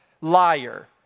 Liar